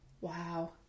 Wow